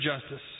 justice